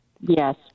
yes